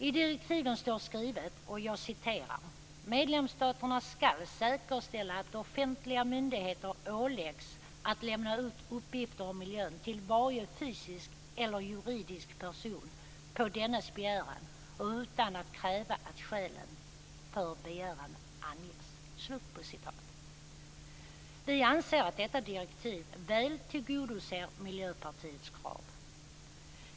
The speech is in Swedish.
I direktivet står skrivet: Medlemsstaterna skall säkerställa att offentliga myndigheter åläggs att lämna ut uppgifter om miljön till varje fysisk eller juridisk person på dennes begäran och utan att kräva att skälen för begäran anges. Vi anser att detta direktiv väl tillgodoser Miljöpartiets krav.